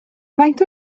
faint